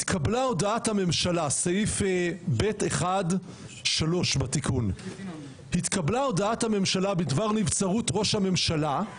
התקבלה הודעת הממשלה סעיף (ב)(1)(3) בתיקון בדבר נבצרות ראש הממשלה,